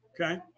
Okay